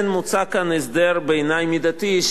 מוצע כאן הסדר ביניים מידתי,